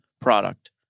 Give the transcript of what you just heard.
product